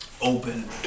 open